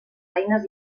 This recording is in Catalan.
eines